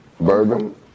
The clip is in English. Bourbon